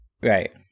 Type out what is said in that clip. right